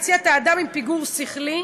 היא הציעה את "אדם עם פיגור שכלי",